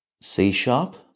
C-sharp